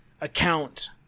account